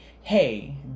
hey